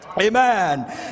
Amen